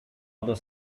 other